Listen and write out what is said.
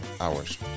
hours